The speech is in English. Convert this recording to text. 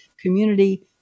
community